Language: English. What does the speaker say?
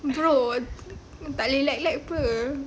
bro tak boleh lek lek [pe]